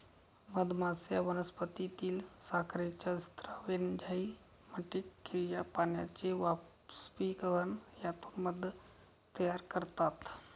मधमाश्या वनस्पतीतील साखरेचा स्राव, एन्झाइमॅटिक क्रिया, पाण्याचे बाष्पीभवन यातून मध तयार करतात